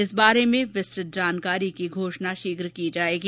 इस वारे में विस्तृत जानकारी की घोषणा शीघ्र की जाएगी